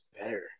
better